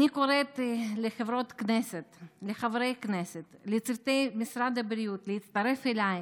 אני קוראת לחברות ולחברי הכנסת ולצוותי משרד הבריאות להצטרף אליי